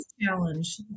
challenge